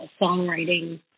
songwriting